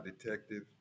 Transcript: detective